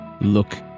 look